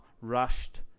rushed